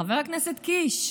חבר הכנסת קיש,